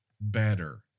better